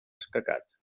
escacat